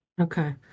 Okay